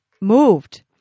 moved